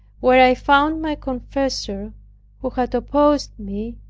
where i found my confessor who had opposed me,